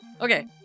Okay